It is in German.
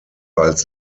als